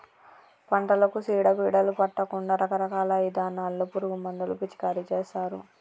పంటలకు సీడ పీడలు పట్టకుండా రకరకాల ఇథానాల్లో పురుగు మందులు పిచికారీ చేస్తారు